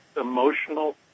emotional